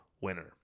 winner